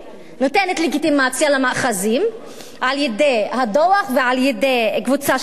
נותנת לגיטימציה למאחזים על-ידי הדוח ועל-ידי קבוצה של חוקים,